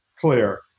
clear